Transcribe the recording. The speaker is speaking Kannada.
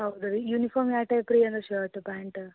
ಹೌದು ರೀ ಯುನಿಫಾರ್ಮ್ ಯಾವ ಟೈಪ್ ರೀ ಅಂದ್ರೆ ಶರ್ಟ್ ಪ್ಯಾಂಟ್